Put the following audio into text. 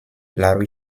larry